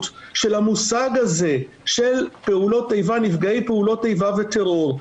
של המושג הזה של נפגעי פעולות איבה וטרור,